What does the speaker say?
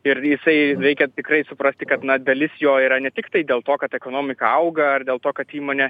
ir jisai reikia tikrai suprasti kad na dalis jo yra ne tiktai dėl to kad ekonomika auga ar dėl to kad įmonė